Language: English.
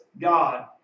God